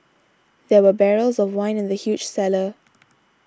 there were barrels of wine in the huge cellar